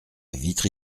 vitry